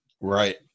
Right